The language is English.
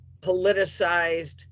politicized